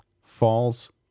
False